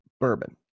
bourbon